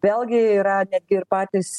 vėlgi yra netgi ir patys